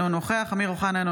אינו נוכח אמיר אוחנה,